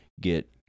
get